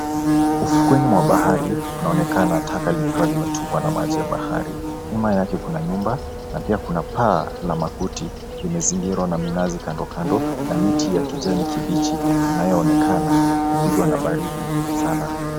Ufukweni mwa bahari unaonekana taka likiwa limetupwa na maji ya bahari, nyuma yake kuna nyumba na pia kuna paa la makuti limezingirwa na minazi kando kando na miti ya kijani kibichi inayoonekana ikipigwa na baridi sana.